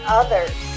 others